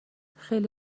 خیلی